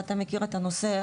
ואתה מכיר את הנושא,